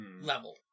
level